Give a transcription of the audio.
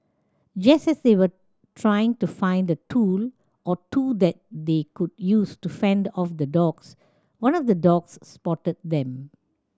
just as they were trying to find a tool or two that they could use to fend off the dogs one of the dogs spotted them